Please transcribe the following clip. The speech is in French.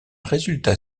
résultat